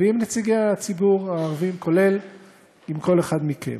ועם נציגי הציבור הערבים, כולל עם כל אחד מכם.